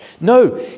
No